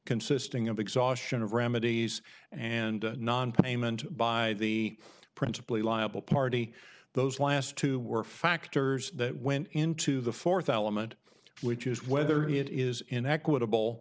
consisting of exhaustion of remedies and nonpayment by the principally liable party those last two were factors that went into the fourth element which is whether it is inequitable